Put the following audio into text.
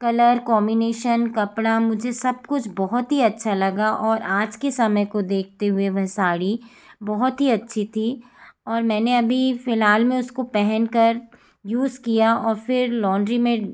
colour combination कपड़ा मुझे सब कुछ बहुत ही अच्छा लगा और आज के समय को देखते हुए वह साड़ी बहुत ही अच्छी थी और मैंने अभी फ़िलहाल में उसको पहन कर यूज़ किया और फिर लौंड्री में